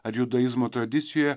ar judaizmo tradicijoje